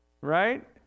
right